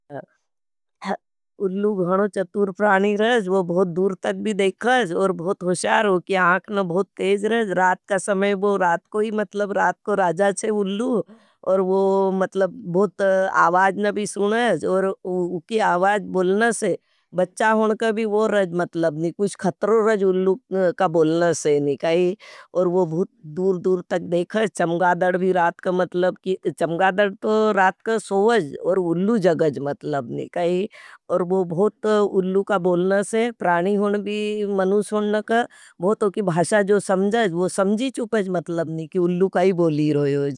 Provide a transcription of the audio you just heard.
उल्लू गहनो चतूर प्राणी रज, वो बहुत दूर तक भी देखाज, और बहुत होशार हो। कि आखने बहुत तेज रज, रात का समय वो रात को ही मतलब, रात को राजा थे उल्लू। और वो मतलब बहुत आवाज नभी सुनाज, और उकी आवाज बोलना से, बच्चा होनका भी वो रज मतलब नहीं। कुछ खत्रो रज उल्लू का बोलना से नहीं कही, और वो बहुत दूर दूर तक देखाज। चमगादर भी रात का मतलब की, चमगादर तो रात का सोझ और उल्लू जगज मतलब नहीं कही, और वो बहुत उल्लू का बोलना से। प्राणि होड़ भी मनुष्य हों का बहुत ओखी भाषा जो समझात वो समझी की उल्लू कई बोली रायोज़।